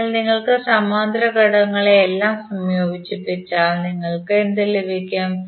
അതിനാൽ നിങ്ങൾ സമാന്തര ഘടകങ്ങളെല്ലാം സംയോജിപ്പിച്ചാൽ നിങ്ങൾക്ക് എന്ത് ലഭിക്കും